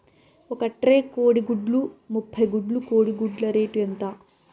ఒక ట్రే కోడిగుడ్లు ముప్పై గుడ్లు కోడి గుడ్ల రేటు ఎంత?